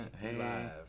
Hey